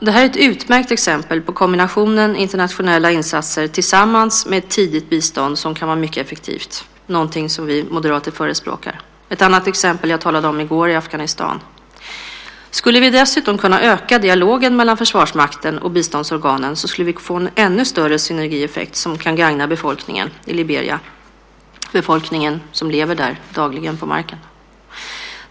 Detta är ett utmärkt exempel på kombinationen internationella insatser tillsammans med tidigt bistånd, något som kan vara mycket effektivt och som vi moderater förespråkar. Ett annat exempel, som jag talade om i går, är Afghanistan. Skulle vi dessutom kunna öka dialogen mellan Försvarsmakten och biståndsorganen skulle vi få en ännu större synergieffekt som kunde gagna befolkningen i Liberia - de som lever där dagligen, på marken.